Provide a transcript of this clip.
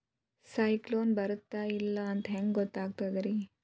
ಸೈಕ್ಲೋನ ಬರುತ್ತ ಇಲ್ಲೋ ಅಂತ ಹೆಂಗ್ ಗೊತ್ತಾಗುತ್ತ ರೇ?